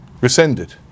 rescinded